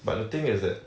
but the thing is that